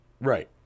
Right